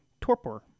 torpor